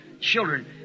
children